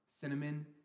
cinnamon